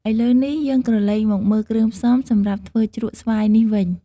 ឥឡូវនេះ យើងក្រឡេកមកមើលគ្រឿងផ្សំសម្រាប់ធ្វើជ្រក់ស្វាយនេះវិញ។